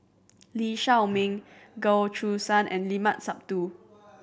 Lee Shao Meng Goh Choo San and Limat Sabtu